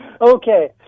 Okay